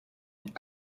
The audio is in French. the